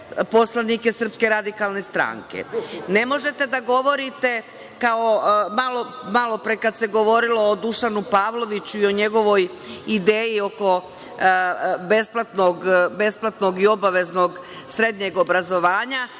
poslanike SRS. Ne možete da govorite kao malopre, kada se govorilo o Dušanu Pavloviću i o njegovoj ideji oko besplatnog i obaveznog srednjeg obrazovanja.